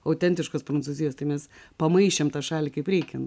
autentiškos prancūzijos tai mes pamaišėm tą šalį kaip reikiant